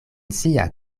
sia